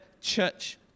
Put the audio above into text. church